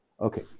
Okay